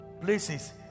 places